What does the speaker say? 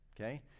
okay